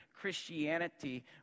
Christianity